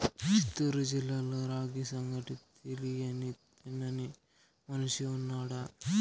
చిత్తూరు జిల్లాలో రాగి సంగటి తెలియని తినని మనిషి ఉన్నాడా